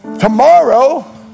tomorrow